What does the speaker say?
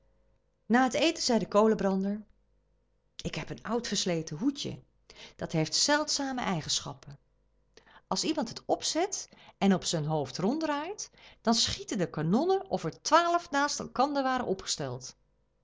na het eten zei de kolenbrander ik heb een oud versleten hoedje dat heeft zeldzame eigenschappen als iemand het opzet en op zijn hoofd ronddraait dan schieten de kanonnen of er twaalf naast elkander waren opgesteld